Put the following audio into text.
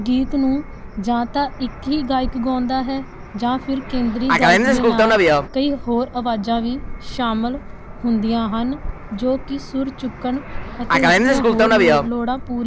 ਗੀਤ ਨੂੰ ਜਾਂ ਤਾਂ ਇੱਕ ਹੀ ਗਾਇਕ ਗਾਉਂਦਾ ਹੈ ਜਾਂ ਫਿਰ ਕੇਂਦਰੀ ਗਾਇਕ ਦੇ ਨਾਲ ਕਈ ਹੋਰ ਆਵਾਜ਼ਾਂ ਵੀ ਸ਼ਾਮਲ ਹੁੰਦੀਆਂ ਹਨ ਜੋ ਕਿ ਸੁਰ ਚੁੱਕਣ ਅਤੇ ਉਸਦੀਆਂ ਹੋਰ ਲੋ ਲੋੜਾਂ ਪੂਰੀਆਂ